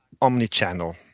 omnichannel